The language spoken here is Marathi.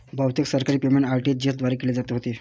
बहुतेक सरकारी पेमेंट आर.टी.जी.एस द्वारे केले जात होते